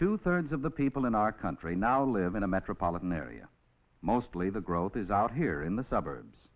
two thirds of the people in our country now live in a metropolitan area mostly the growth is out here in the suburbs